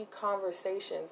conversations